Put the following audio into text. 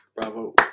Bravo